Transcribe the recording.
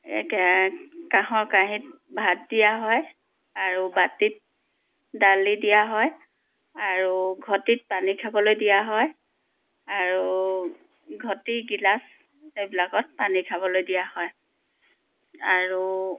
কে কাঁহৰ কাহীত ভাত দিয়া হয় আৰু বাটিত দালি দিয়া হয় আৰু ঘটিত পানী খাবলৈ দিয়া হয় আৰু ঘটি গিলাচ এইবিলাকত পানী খাবলৈ দিয়া হয় আৰু